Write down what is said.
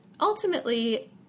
ultimately